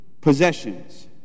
possessions